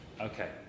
Okay